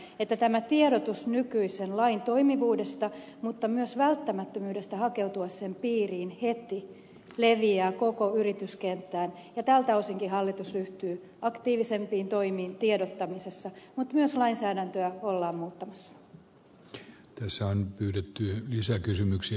jotta tämä tiedotus nykyisen lain toimivuudesta mutta myös välttämättömyydestä hakeutua sen piiriin heti leviää koko yrityskenttään tältä osinkin hallitus ryhtyy aktiivisempiin toimiin tiedottamisessa mutta myös lainsäädäntöä ollaan muuttamassa